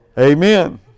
Amen